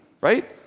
right